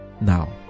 Now